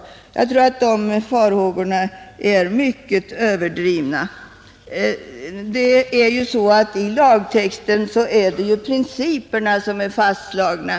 Jag tror att de farhågorna är mycket överdrivna. I lagtexten är det ju principerna som är fastslagna.